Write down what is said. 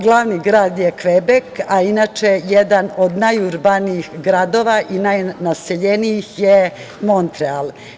Glavni grad je Kvebek, a inače jedan od najurbanijih gradova i najnaseljenijih je Montreal.